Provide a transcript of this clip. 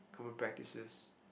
common practices